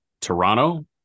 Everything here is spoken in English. Toronto